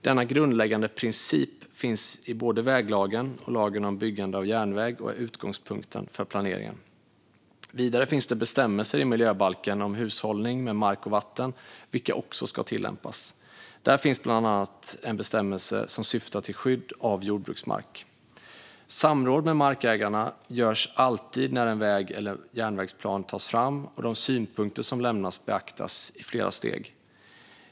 Denna grundläggande princip finns i både väglagen och lagen om byggande av järnväg och är utgångspunkten för planeringen. Vidare finns det bestämmelser i miljöbalken om hushållning med mark och vatten, vilka också ska tillämpas. Där finns bland annat en bestämmelse som syftar till skydd av jordbruksmark. Samråd med markägarna görs alltid när en väg eller järnvägsplan tas fram, och de synpunkter som lämnas beaktas i flera steg.